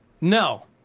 No